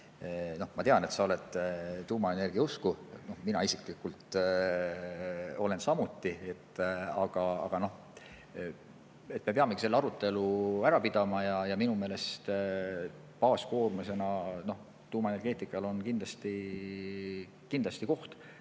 Ma tean, et sa oled tuumaenergia usku. Mina isiklikult olen samuti. Aga me peamegi selle arutelu ära pidama ja minu meelest baaskoormusena tuumaenergeetikal on kindlasti koht.